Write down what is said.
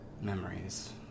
Memories